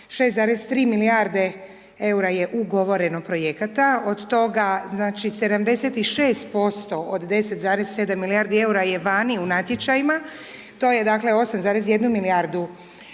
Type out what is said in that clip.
6,3 milijarde EUR-a je ugovoreno projekata od toga znači 76% od 10,7 milijardi EUR-a je vani u natječajima to je dakle 8,1 milijardu